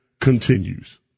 continues